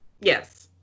Yes